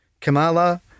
Kamala